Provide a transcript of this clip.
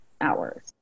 hours